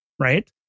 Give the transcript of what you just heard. right